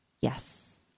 Yes